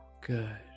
good